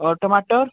और टमाटर